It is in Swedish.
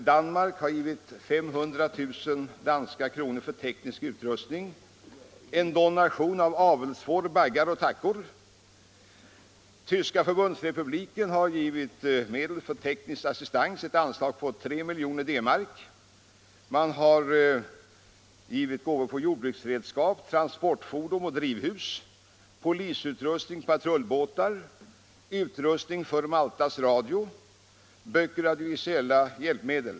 Danmark har givit 500 000 danska kronor till teknisk utrustning samt en donation av avelsfår, baggar och tackor. Tyska Förbundsrepubliken har givit medel till teknisk assistans, ett anslag på 3 miljoner DM. Man har även givit jordbruksredskap, transportfordon, drivhus, polisutrustning, patrullbåtar, utrustning för Maltas radio, böcker och audiovisuella hjälpmedel.